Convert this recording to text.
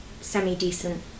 semi-decent